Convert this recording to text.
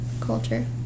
culture